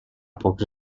pocs